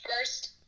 first